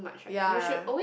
ya